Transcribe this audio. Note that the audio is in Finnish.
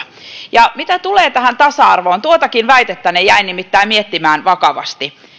ja mitä tulee tähän tasa arvoon tuotakin väitettänne jäin nimittäin miettimään vakavasti